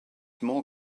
more